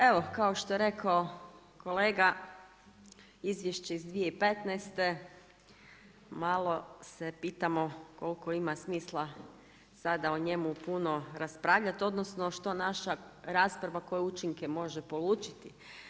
Evo kao što je rekao kolega izvješće iz 2015. malo se pitamo koliko ima smisla sada o njemu puno raspravljati odnosno što naša rasprava koje učinke može polučiti.